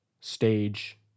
stage